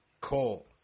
call